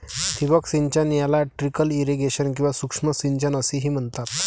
ठिबक सिंचन याला ट्रिकल इरिगेशन किंवा सूक्ष्म सिंचन असेही म्हणतात